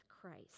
Christ